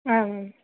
ಹಾಂ ಮ್ಯಾಮ್